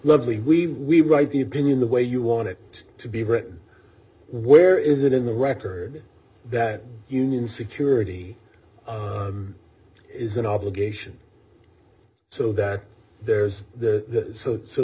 lovely we we write the opinion the way you want it to be britain where is it in the record that union security is an obligation so that there's the so so